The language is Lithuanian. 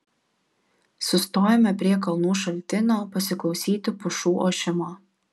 sustojome prie kalnų šaltinio pasiklausyti pušų ošimo